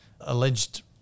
alleged